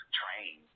train